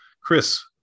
Chris